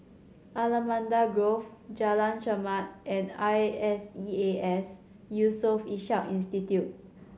Allamanda Grove Jalan Chermat and I S E A S Yusof Ishak Institute